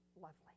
lovely